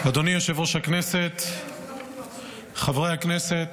אדוני יושב-ראש הכנסת, חברי הכנסת,